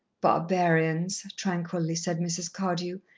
barbarians, tranquilly said mrs. cardew.